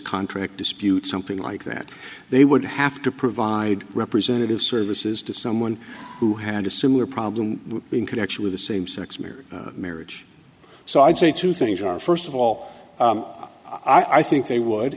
contract dispute something like that they would have to provide representative services to someone who had a similar problem in connection with a same sex marriage marriage so i'd say two things are first of all i think they would